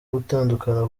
gutandukana